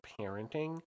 parenting